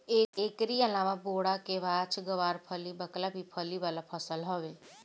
एकरी अलावा बोड़ा, केवाछ, गावरफली, बकला भी फली वाला फसल हवे